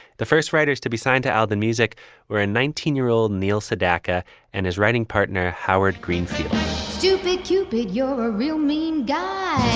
the first writers to be signed to all the music were a nineteen year old neil sedaka and his writing partner, howard greenfield stupid cupid. you're a real mean guy